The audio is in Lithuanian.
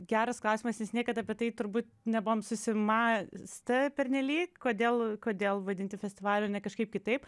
geras klausimas mes niekad apie tai turbūt nebuvom susimą stę pernelyg kodėl kodėl vadinti festivaliu o ne kažkaip kitaip